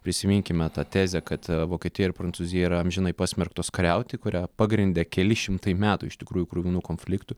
prisiminkime tą tezę kad vokietija ir prancūzija yra amžinai pasmerktos kariauti kurią pagrindė keli šimtai metų iš tikrųjų kruvinų konfliktų